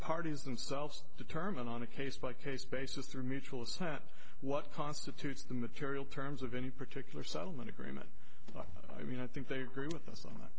parties themselves determine on a case by case basis through mutual extent what constitutes the material terms of any particular settlement agreement i mean i think they agree with us on th